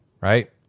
Right